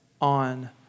on